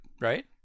right